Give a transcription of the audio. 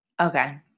Okay